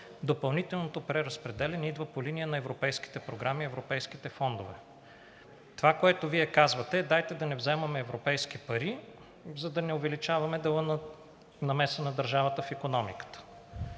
Допълнителното преразпределяне идва по линия на европейските програми и европейските фондове. Това, което Вие казвате, дайте да не вземаме европейски пари, за да не увеличаваме дела на намеса на държавата в икономиката.